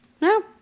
No